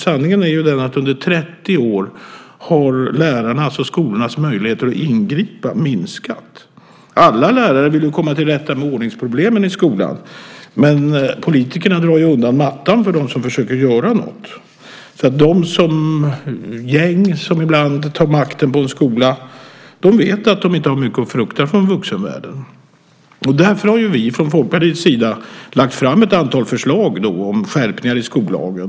Sanningen är ju den att under 30 år har lärarnas och skolornas möjligheter att ingripa minskat. Alla lärare vill komma till rätta med ordningsproblemen i skolan, men politikerna drar ju undan mattan för dem som försöker göra något, så de gäng som ibland tar makten på en skola vet att de inte har mycket att frukta från vuxenvärlden. Därför har vi från Folkpartiets sida lagt fram ett antal förslag om skärpningar i skollagen.